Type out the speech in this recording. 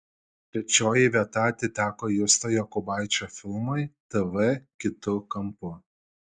trečioji vieta atiteko justo jokubaičio filmui tv kitu kampu